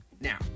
Now